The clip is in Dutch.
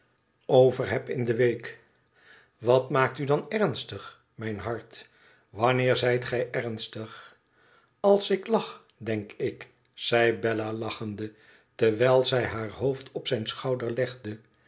overheb in de week wat maakt u dan ernstig mijn hart wanneer zijt gij ernstig alsiklach denk ik zei bella lachende terwijl zij haar hoofd op zijn schouder legde